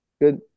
good